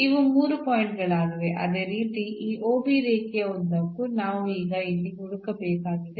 ಇವು ಮೂರು ಪಾಯಿಂಟ್ ಗಳಾಗಿವೆ ಅದೇ ರೀತಿ ಈ OB ರೇಖೆಯ ಉದ್ದಕ್ಕೂ ನಾವು ಈಗ ಇಲ್ಲಿ ಹುಡುಕಬೇಕಾಗಿದೆ